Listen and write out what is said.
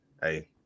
Hey